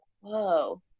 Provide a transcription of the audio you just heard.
whoa